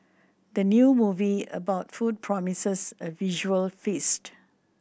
the new movie about food promises a visual feast